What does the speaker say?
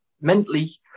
mentally